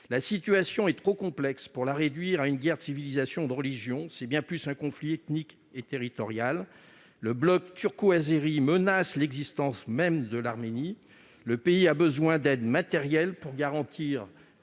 La situation est trop complexe pour la réduire à une guerre de civilisation ou de religion. C'est bien davantage un conflit ethnique et territorial. Le bloc turco-azéri menace l'existence même de l'Arménie. Le pays a besoin d'aide matérielle pour garantir